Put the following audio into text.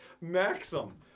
Maxim